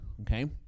Okay